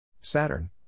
Saturn